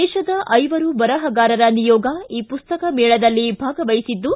ದೇಶದ ಐವರು ಬರಹಗಾರರ ನಿಯೋಗ ಈ ಪುಸ್ತಕ ಮೇಳದಲ್ಲಿ ಭಾಗವಹಿಸಿದ್ದು